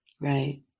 Right